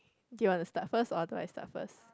do you want to start first or do I start first